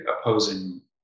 opposing